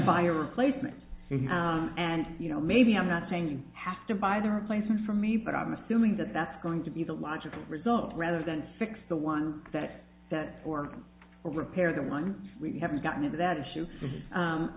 a replacement and you know maybe i'm not saying you have to buy the replacement for me but i'm assuming that that's going to be the logical result rather than fix the one that set or repair them i'm we haven't gotten to that issue